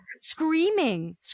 screaming